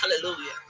Hallelujah